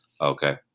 okay